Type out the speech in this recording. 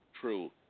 True